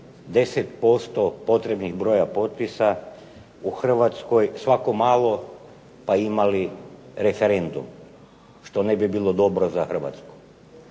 10% potrebnih broja potpisa u hrvatskoj svako malo pa imali referendum, što ne bi bilo dobro za Hrvatsku.